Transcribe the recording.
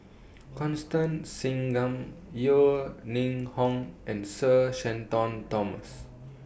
Constance Singam Yeo Ning Hong and Sir Shenton Thomas